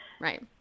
Right